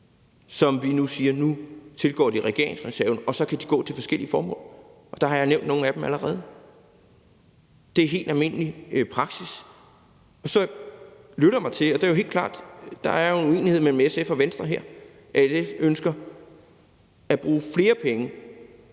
som vi nu siger tilgår regeringsreserven, og så kan de gå til forskellige formål. Og der har jeg nævnt nogle af dem allerede. Det er helt almindelig praksis. Så lytter jeg mig til – og det er jo helt klart, at der er en uenighed mellem SF og Venstre her – at SF ønsker at bruge flere penge